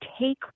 take